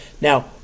Now